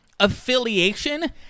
affiliation